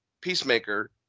Peacemaker